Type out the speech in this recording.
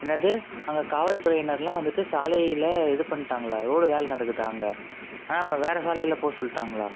என்னது அங்கே காவல்துறையினர் எல்லாம் வந்துவிட்டு சாலையில் இது பண்ணிட்டாங்களா ரோடு வேலை நடக்குதா அங்கே ஆனால் நம்மளை வேறு சாலையில போ சொல்லிட்டாங்களா